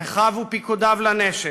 אחיו ופקודיו לנשק,